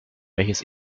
welches